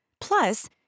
Plus